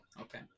Okay